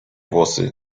włosy